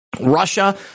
Russia